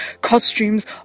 costumes